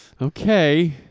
Okay